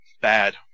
Bad